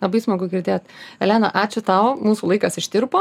labai smagu girdėt elena ačiū tau mūsų laikas ištirpo